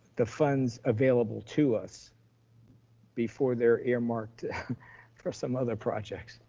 the funds available to us before they're earmarked for some other projects.